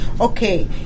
Okay